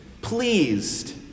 pleased